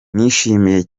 nishimiye